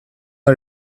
let